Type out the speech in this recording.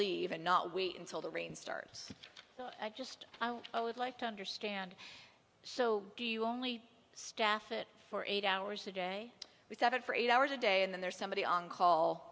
leave and not wait until the rain starts i just i don't i would like to understand so do you only staff it for eight hours a day without it for eight hours a day and then there's somebody on call